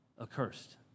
accursed